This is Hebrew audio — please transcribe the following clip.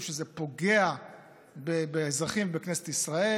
אני חושב שזה פוגע באזרחים ובכנסת ישראל.